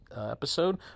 episode